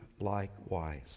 likewise